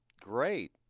great